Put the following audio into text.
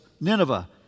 Nineveh